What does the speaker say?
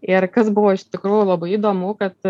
ir kas buvo iš tikrųjų labai įdomu kad